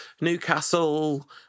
Newcastle